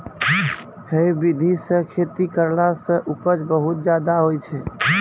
है विधि सॅ खेती करला सॅ उपज बहुत ज्यादा होय छै